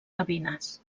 gavines